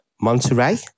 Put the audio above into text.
Monterey